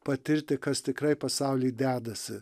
patirti kas tikrai pasauly dedasi